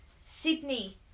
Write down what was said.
Sydney